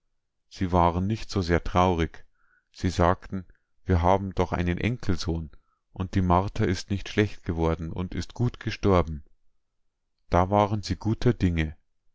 sie waren nicht so sehr traurig sie sagten wir haben doch einen enkelsohn und die martha ist nicht schlecht geworden und ist gut gestorben da waren sie guter dinge